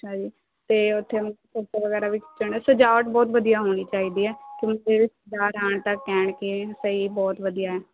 ਅੱਛਾ ਜੀ ਅਤੇ ਉੱਥੇ ਫੋਟੋ ਵਗੈਰਾ ਵੀ ਖਿੱਚਣ ਸਜਾਵਟ ਵਗੈਰਾ ਬਹੁਤ ਵਧੀਆ ਹੋਣੀ ਚਾਹੀਦੀ ਹੈ ਕਿ ਤਾਂ ਕਹਿਣ ਕਿ ਸਹੀ ਬਹੁਤ ਵਧੀਆ ਹੈ